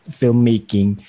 filmmaking